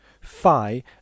phi